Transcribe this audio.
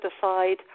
decide